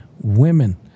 women